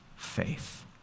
faith